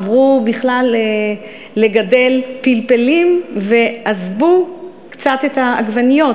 עברו בכלל לגדל פלפלים ועזבו קצת את העגבניות,